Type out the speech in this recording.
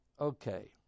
Okay